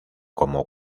como